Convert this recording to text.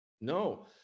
No